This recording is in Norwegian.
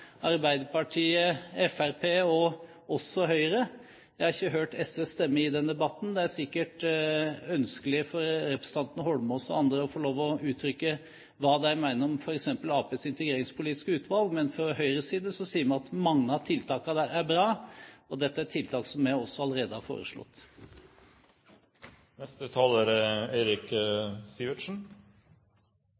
Arbeiderpartiet, Fremskrittspartiet og Høyre. Jeg har ikke hørt SVs stemme i den debatten. Det er sikkert ønskelig for representanten Holmås og andre å få lov å uttrykke hva de mener om f.eks. Arbeiderpartiets integreringspolitiske utvalg, men fra Høyres side sier vi at mange av tiltakene der er bra. Dette er tiltak som jeg også allerede har foreslått. Jeg er